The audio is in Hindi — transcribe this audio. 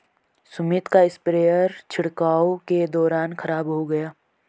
सुमित का स्प्रेयर छिड़काव के दौरान खराब हो गया